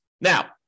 Now